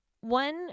one